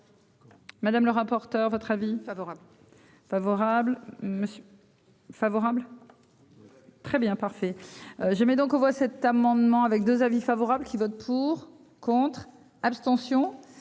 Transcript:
Madame le rapporteur votre avis favorable. Favorable. Favorable. Très bien, parfait. J'aimais. Donc on voit cet amendement avec 2 avis favorable qui votent pour, contre, abstention